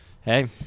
hey